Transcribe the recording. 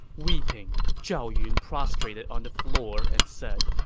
weeping, zhao yun prostrated on the floor and said,